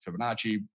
Fibonacci